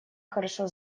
хорошо